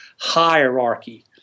hierarchy